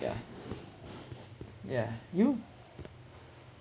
yeah yeah you